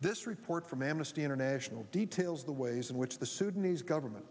this report from amnesty international details the ways in which the sudanese government